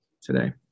today